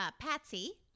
Patsy